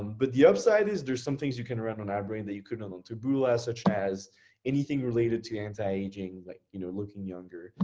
but the upside is there's some things you can run on outbrain that you couldn't run on and taboola such as anything related to anti-aging, like you know looking younger,